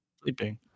Sleeping